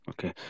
Okay